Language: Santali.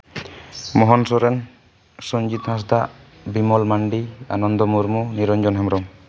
ᱢᱳᱦᱚᱱ ᱥᱚᱨᱮᱱ ᱥᱚᱧᱡᱤᱛ ᱦᱟᱸᱥᱫᱟ ᱵᱤᱢᱚᱞ ᱢᱟᱱᱰᱤ ᱟᱱᱚᱱᱫᱚ ᱢᱩᱨᱢᱩ ᱱᱤᱨᱚᱧᱡᱚᱱ ᱦᱮᱢᱵᱨᱚᱢ